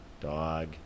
dog